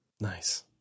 Nice